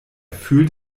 fühlt